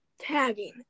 tagging